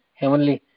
heavenly